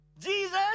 Jesus